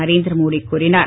நரேந்திர மோடி கூறினார்